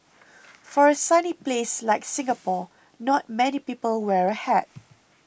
for a sunny place like Singapore not many people wear a hat